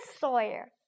Sawyer